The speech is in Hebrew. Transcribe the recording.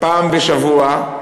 פעם בשבוע.